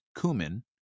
cumin